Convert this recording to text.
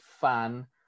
fan